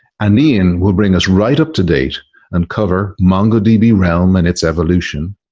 and ian will bring us right up to date and cover mongodb realm and its evolution,